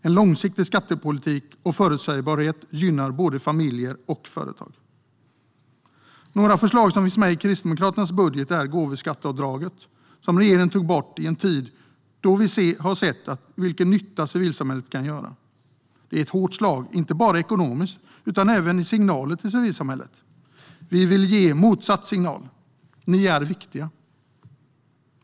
En långsiktig skattepolitik och förutsägbarhet gynnar både familjer och företag. Några förslag som finns med i Kristdemokraternas budget är gåvoskatteavdraget, som regeringen tagit bort i en tid då vi har sett vilken nytta civilsamhället kan göra. Det är ett hårt slag, inte bara ekonomiskt utan även i signaler till civilsamhället. Vi vill ge motsatt signal: Ni är viktiga.